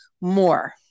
more